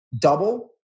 double